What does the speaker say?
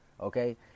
okay